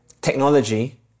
Technology